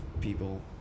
people